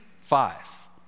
five